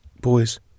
Boys